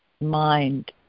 mind